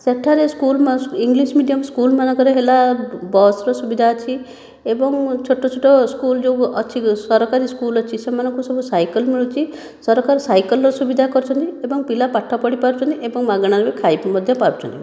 ସେଠାରେ school English medium school ମାନଙ୍କରେ ହେଲା ବସ୍ ର ସୁବିଧା ଅଛି ଏବଂ ଛୋଟ ଛୋଟ ସ୍କୁଲ୍ ଯେଉଁ ଅଛି ସରକାରୀ ସ୍କୁଲ୍ ଅଛି ସେମାନଙ୍କୁ ସବୁ ସାଇକେଲ୍ ମିଳୁଛି ସରକାର ସାଇକେଲ୍ ର ସୁବିଧା କରିଛନ୍ତି ଏବଂ ପିଲା ପାଠ ପଢ଼ି ପାରୁଛନ୍ତି ଏବଂ ମାଗେଣାରେ ମଧ୍ୟ ଖାଇ ମଧ୍ୟ ପାରୁଛନ୍ତି